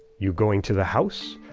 you going to the house,